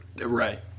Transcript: Right